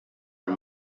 and